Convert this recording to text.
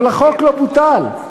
אבל החוק לא בוטל.